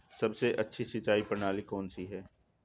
सबसे अच्छी सिंचाई प्रणाली कौन सी है?